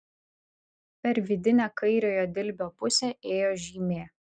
per vidinę kairiojo dilbio pusę ėjo žymė